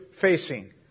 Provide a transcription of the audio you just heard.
facing